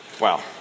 Wow